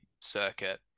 circuit